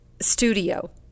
studio